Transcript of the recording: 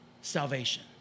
salvation